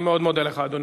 אני מאוד מודה לך, אדוני.